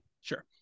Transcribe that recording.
Sure